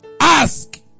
Ask